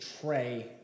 tray